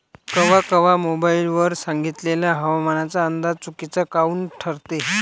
कवा कवा मोबाईल वर सांगितलेला हवामानाचा अंदाज चुकीचा काऊन ठरते?